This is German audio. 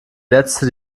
letzte